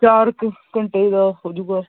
ਚਾਰ ਕੁ ਘੰਟੇ ਦਾ ਹੋ ਜੂਗਾ